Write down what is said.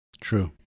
True